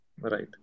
Right